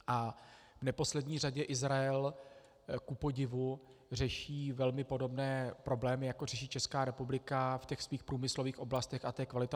A v neposlední řadě Izrael kupodivu řeší velmi podobné problémy, jako řeší Česká republika v těch svých průmyslových oblastech, a to je kvalita ovzduší.